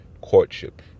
courtship